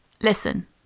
Listen